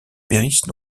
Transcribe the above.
périssent